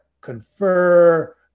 confer